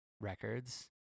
records